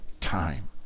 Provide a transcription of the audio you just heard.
time